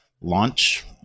launch